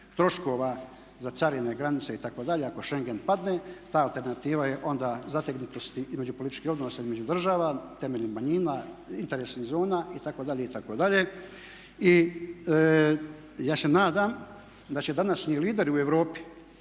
troškova za carine, granice itd. ako Shengen padne, ta alternativa je onda zategnutosti između političkih odnosa između država temeljem manjina, interesnih zona itd. itd. I ja se nadam da će današnji lideri u europi